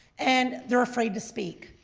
and they're afraid to speak.